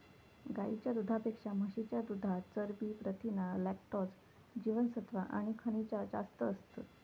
गाईच्या दुधापेक्षा म्हशीच्या दुधात चरबी, प्रथीना, लॅक्टोज, जीवनसत्त्वा आणि खनिजा जास्त असतत